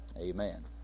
amen